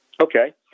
Okay